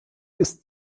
ist